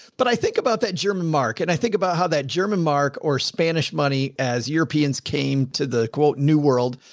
but i think about that german mark. and i think about how that german mark or spanish money as europeans came to the new world,